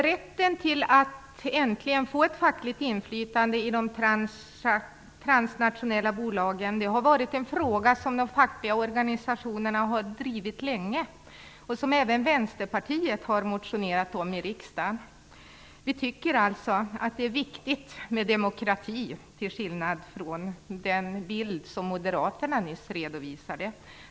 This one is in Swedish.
Rätten till ett fackligt inflytande i de transnationella bolagen har varit en fråga som de fackliga organisationerna har drivit länge. Även Vänsterpartiet har motionerat om detta i riksdagen. Vi tycker alltså att det är viktigt med demokrati, till skillnad från moderaterna med tanke på den bild som nyss redovisades.